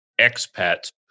expats